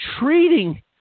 treating